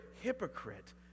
hypocrite